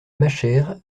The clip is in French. machère